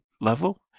level